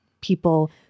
people